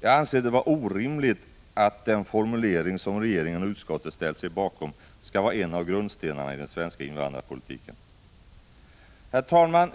Jag anser det vara orimligt att den formulering som regeringen och utskottet ställt sig bakom skall vara en av grundstenarna i den svenska invandrarpolitiken. Herr talman!